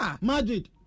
madrid